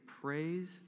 praise